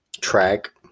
track